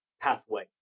pathway